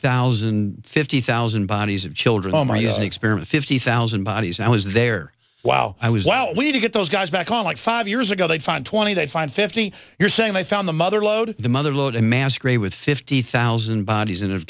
thousand fifty thousand bodies of children oh my experiment fifty thousand bodies and i was there while i was well we need to get those guys back on like five years ago they found twenty they find fifty you're saying they found the mother lode the mother lode a mass grave with fifty thousand bodies and